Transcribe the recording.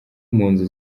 impunzi